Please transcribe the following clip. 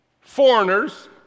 foreigners